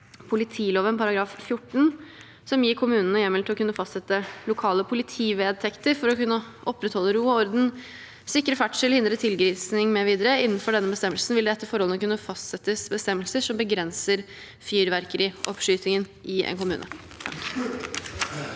politiloven § 14, som gir kommunene hjemmel til å kunne fastsette lokale politivedtekter for å kunne opprettholde ro og orden, sikre ferdsel, hindre tilgrising mv. Innenfor denne bestemmelsen vil det etter forholdene kunne fastsettes bestemmelser som begrenser fyrverkerioppskytingen i en kommune.